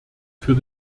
für